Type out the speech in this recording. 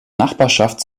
nachbarschaft